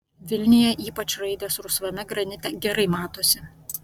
vilniuje ypač raidės rusvame granite gerai matosi